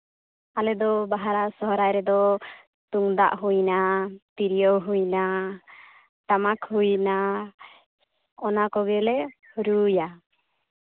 ᱟᱞᱮ ᱫᱚ ᱵᱟᱦᱟ ᱥᱚᱦᱚᱨᱟᱭ ᱨᱮᱫᱚ ᱛᱩᱢᱫᱟᱜ ᱦᱩᱭᱱᱟ ᱛᱤᱨᱭᱳ ᱦᱩᱭᱱᱟ ᱴᱟᱢᱟᱠ ᱦᱩᱭᱱᱟ ᱚᱱᱟ ᱠᱚᱜᱮ ᱞᱮ ᱨᱩᱭᱟ